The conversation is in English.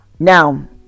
now